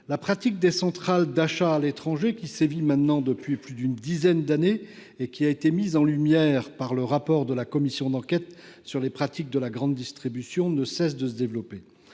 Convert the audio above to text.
La pratique des centrales d’achat à l’étranger, qui sévit maintenant depuis plus d’une dizaine d’années et qui a été mise en lumière par le rapport de la commission d’enquête sur la situation et les pratiques de la grande distribution et de ses